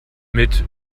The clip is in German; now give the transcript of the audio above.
mit